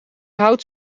hout